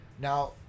Now